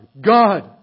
God